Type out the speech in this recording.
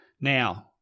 Now